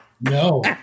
No